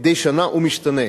ומדי שנה הוא משתנה.